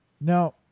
No